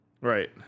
Right